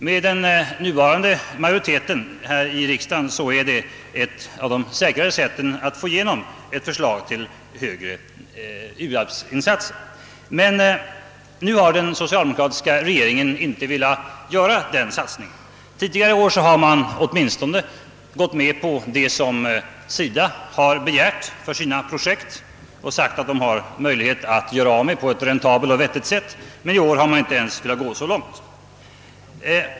Med den nuvarande majoriteten i riksdagen är det ett av de säkraste sätten att få igenom ett förslag om större u-hjälpsinsatser. Men nu har den socialdemokratiska regeringen inte velat göra den satsningen. Tidigare år har man åtminstone gått med på vad SIDA begärt för sina projekt och sagt sig ha möjlighet att göra av med på ett räntabelt och vettigt sätt. Men i år har man inte ens velat gå så långt.